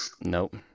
Nope